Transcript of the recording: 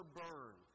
burn